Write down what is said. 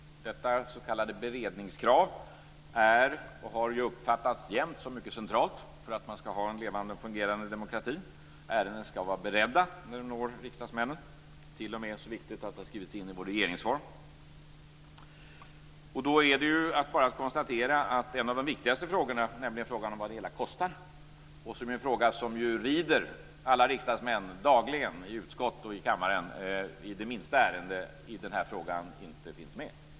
Detta s.k. beredningskrav är och har uppfattats som mycket centralt för en levande och fungerande demokrati. Ärendena skall beredda när de når riksdagsmännen, t.o.m. så viktigt att det skrivits in i vår regeringsform. Då är det bara att konstatera att en av de viktigaste frågorna, nämligen vad det hela kostar, en fråga som ju rider alla riksdagsmän dagligen i utskott och i kammaren i de minsta ärenden, finns inte med.